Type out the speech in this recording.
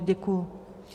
Děkuju.